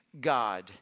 God